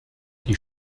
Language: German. die